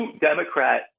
Democrat